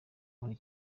muri